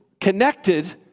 connected